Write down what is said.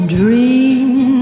dream